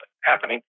happening